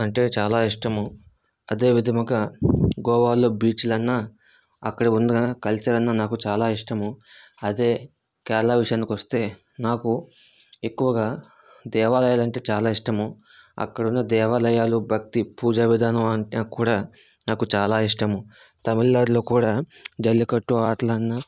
అంటే చాలా ఇష్టము అదే విధముగా గోవాలో బీచులు అన్న అక్కడ ఉన్న కల్చర్ అన్నా నాకు చాలా ఇష్టము అదే కేరళ విషయానికి వస్తే నాకు ఎక్కువగా దేవాలయాలు అంటే చాలా ఇష్టము అక్కడున్న దేవాలయాలు భక్తి పూజా విధానం అంటే కూడా నాకు చాలా ఇష్టము తమిళనాడులో కూడా జల్లికట్టు ఆటలన్నా